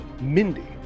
Mindy